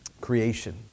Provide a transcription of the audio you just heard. creation